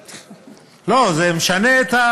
לא, זה משנה את,